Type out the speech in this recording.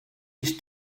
it’s